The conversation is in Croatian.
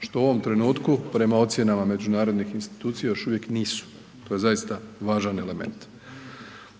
što u ovom trenutku prema ocjenama međunarodnih institucija još uvijek nisu, to je zaista važan element.